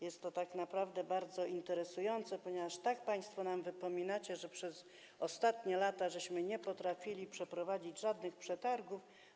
Jest to naprawdę bardzo interesujące, ponieważ państwo tak nam wypominacie, że przez ostatnie lata nie potrafiliśmy przeprowadzić żadnych przetargów.